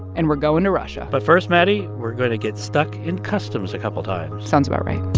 and we're going to russia but first, maddie, we're going to get stuck in customs a couple times sounds about right